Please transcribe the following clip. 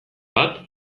bat